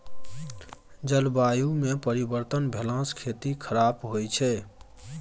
जलवायुमे परिवर्तन भेलासँ खेती खराप होए छै